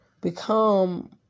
become